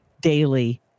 daily